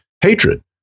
hatred